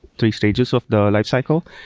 three stages of the lifecycle.